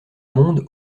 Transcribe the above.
monde